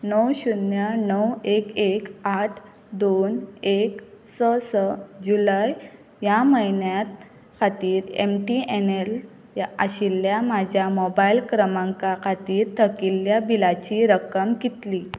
णव शुन्य णव एक एक आठ दोन एक स स जुलय ह्या म्हयन्यात खातीर ऍम टी ऍन ऍल आशिल्ल्या म्हज्या मोबायल क्रमांका खातीर थकिल्ल्या बिलाची रक्कम कितली